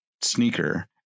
sneaker